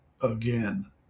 again